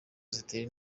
zitera